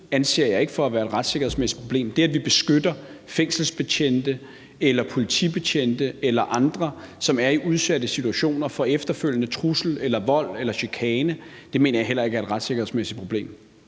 anser jeg ikke for at være et retssikkerhedsmæssigt problem. Det, at vi beskytter fængselsbetjente eller politibetjente eller andre, som er i udsatte positioner for efterfølgende trusler, vold eller chikane, mener jeg heller ikke er et retssikkerhedsmæssigt problem.